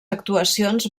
actuacions